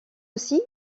aussi